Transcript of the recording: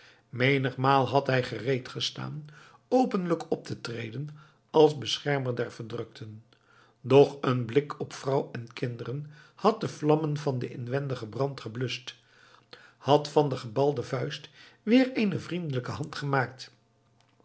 menigmaal had hij gereed gestaan openlijk op te treden als beschermer der verdrukten doch een blik op vrouw en kinderen had de vlammen van den inwendigen brand gebluscht had van de gebalde vuist weer eene vriendelijke hand gemaakt